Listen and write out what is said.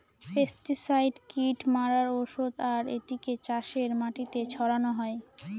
pesticide কীট মারার ঔষধ আর এটিকে চাষের মাটিতে ছড়ানো হয়